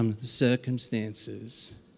circumstances